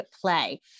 play